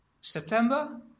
September